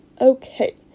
Okay